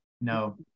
No